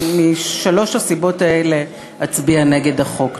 משלוש הסיבות האלה אצביע נגד החוק.